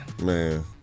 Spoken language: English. man